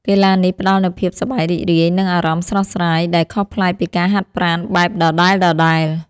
កីឡានេះផ្ដល់នូវភាពសប្បាយរីករាយ និងអារម្មណ៍ស្រស់ស្រាយ ដែលខុសប្លែកពីការហាត់ប្រាណបែបដដែលៗ។